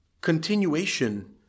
continuation